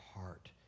heart